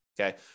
okay